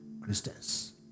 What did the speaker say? Christians